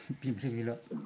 बेनिफ्राय गैला